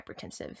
hypertensive